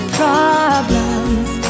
problems